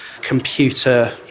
computer